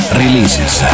releases